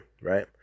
Right